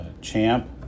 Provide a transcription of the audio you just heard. champ